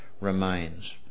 remains